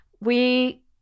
we-